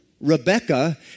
Rebecca